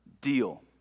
deal